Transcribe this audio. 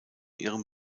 ihrem